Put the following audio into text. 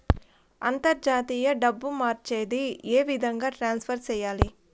అంతర్జాతీయ డబ్బు మార్చేది? ఏ విధంగా ట్రాన్స్ఫర్ సేయాలి?